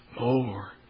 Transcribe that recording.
more